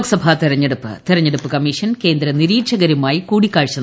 ലോക്സഭാ തിർഐഞ്ഞടുപ്പ് തിരഞ്ഞെടുപ്പ് കമ്മീഷൻ കേന്ദ്ര നിരീക്ഷകരുമായി കൂടിക്കാഴ്ച നടത്തി